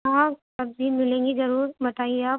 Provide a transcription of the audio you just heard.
ہاں سبزی ملیں گی ضرور بتائیے آپ